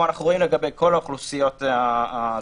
אנחנו רואים לגבי כל האוכלוסיות הזכאיות,